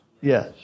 Yes